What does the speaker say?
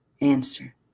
Answer